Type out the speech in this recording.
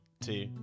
two